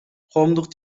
коомдук